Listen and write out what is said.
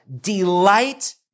delight